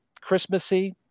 Christmassy